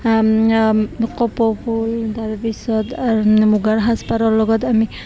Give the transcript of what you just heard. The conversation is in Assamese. কপৌ ফুল তাৰপিছত আৰু মুগাৰ সাজপাৰৰ লগত আমি